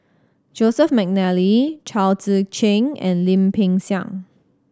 Joseph McNally Chao Tzee Cheng and Lim Peng Siang